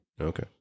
Okay